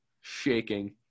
shaking